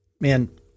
man